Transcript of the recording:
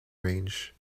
range